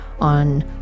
on